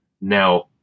now